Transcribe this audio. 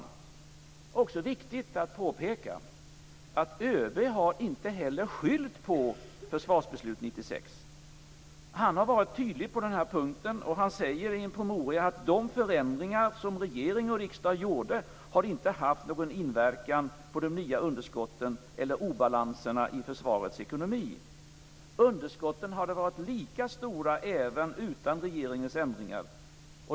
Det är också viktigt att påpeka att ÖB inte heller har skyllt på Försvarsbeslut 96. Han har varit tydlig på den punkten, och säger i en promemoria att de förändringar som regering och riksdag gjorde inte har haft någon inverkan på de nya underskotten eller obalanserna i försvarets ekonomi. Underskotten hade varit lika stora även utan regeringens ändringar.